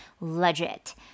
legit